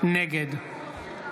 נגד